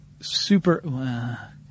super